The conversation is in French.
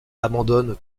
abandonne